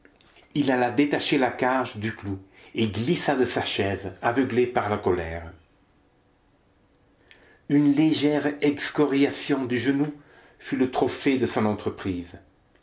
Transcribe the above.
il alla détacher la cage du clou et glissa de la chaise aveuglé par la colère une légère excoriation au genou fut le trophée de son entreprise